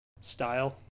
style